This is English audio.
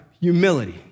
humility